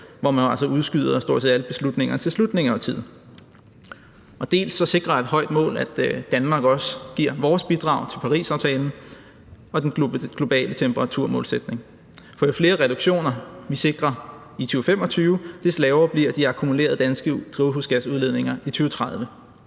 hvor man altså udskyder stort set alle beslutninger til slutningen af årtiet, dels at vi sikrer, at Danmark også giver sit bidrag til Parisaftalen og den globale temperaturmålsætning. For jo flere reduktioner, vi sikrer i 2025, dels lavere bliver de akkumulerede danske drivhusgasudledninger i 2030.